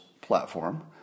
platform